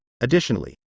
Additionally